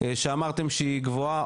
שאמרתם שהיא גבוהה,